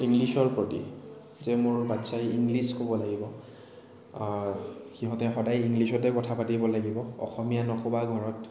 ইংলিছৰ প্ৰতি যে মোৰ বাচ্চাই ইংলিছ ক'ব লাগিব সিহঁতে সদায় ইংলিছতেই কথা পাতিব লাগিব অসমীয়া নক'বা ঘৰত